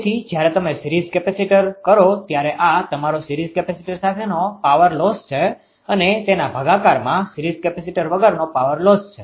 તેથી જ્યારે તમે સીરીઝ કેપેસિટર કરો ત્યારે આ તમારો સિરીઝ કેપેસિટર સાથેનો પાવર લોસlossખોટ છે અને તેના ભાગાકારમાં સીરીઝ કેપેસિટર વગરનો પાવર લોસ છે